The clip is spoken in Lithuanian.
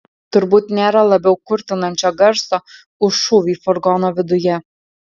turbūt nėra labiau kurtinančio garso už šūvį furgono viduje